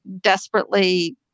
desperately